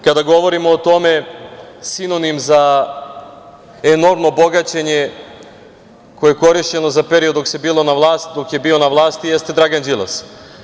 Kada govorim o tome, sinonim za enormno bogaćenje koje je korišćeno za period dok je bio na vlasti, jeste Dragan Đilas.